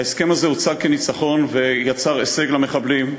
ההסכם הזה הוצג כניצחון ויצר הישג למחבלים.